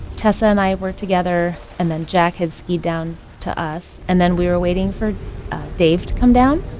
tessa and i were together, and then jack had skied down to us. and then we were waiting for dave to come down.